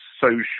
social